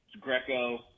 Greco